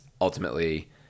Ultimately